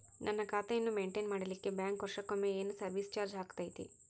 ನನ್ನ ಖಾತೆಯನ್ನು ಮೆಂಟೇನ್ ಮಾಡಿಲಿಕ್ಕೆ ಬ್ಯಾಂಕ್ ವರ್ಷಕೊಮ್ಮೆ ಏನು ಸರ್ವೇಸ್ ಚಾರ್ಜು ಹಾಕತೈತಿ?